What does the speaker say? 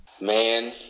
Man